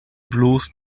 bloß